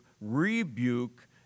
rebuke